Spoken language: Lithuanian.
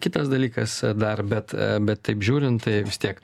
kitas dalykas dar bet bet taip žiūrint tai vis tiek